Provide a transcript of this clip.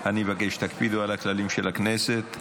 אני מבקש שתקפידו על הכללים של הכנסת.